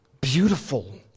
beautiful